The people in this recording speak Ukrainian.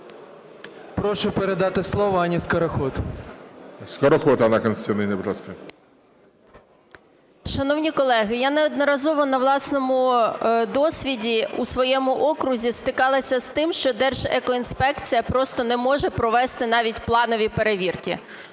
Прошу передати слово Анні Скороход. ГОЛОВУЮЧИЙ. Скороход Анна Костянтинівна, будь ласка. 16:38:29 СКОРОХОД А.К. Шановні колеги, я неодноразово на власному досвіді у своєму окрузі стикалася з тим, що Держекоінспекція просто не може провести навіть планові перевірки,